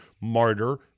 martyr